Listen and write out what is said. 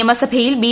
നിയമസഭയിൽ ബി